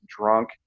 drunk